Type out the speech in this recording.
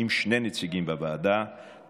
שני נציגים בוועדה,